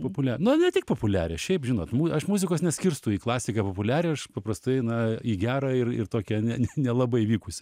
populia na ne tik populiarią šiaip žinot mu aš muzikos neskirstau į klasiką populiarią aš paprastai na į gera ir į tokią ne nelabai vykusį